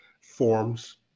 Forms